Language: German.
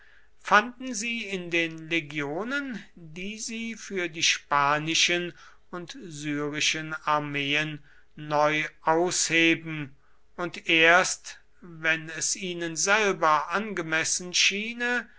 fanden sie in den legionen die sie für die spanischen und syrischen armeen neu ausheben und erst wenn es ihnen selber angemessen schiene